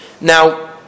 Now